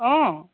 অ